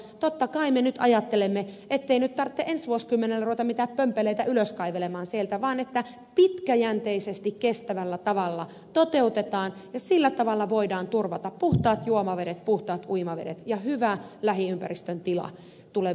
totta kai me nyt ajattelemme ettei tarvitse ensi vuosikymmenellä ruveta mitään pömpeleitä ylös kaivelemaan sieltä vaan että pitkäjänteisesti kestävällä tavalla toteutetaan ja sillä tavalla voidaan turvata puhtaat juomavedet puhtaat uimavedet ja hyvä lähiympäristön tila tuleville polville